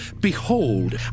behold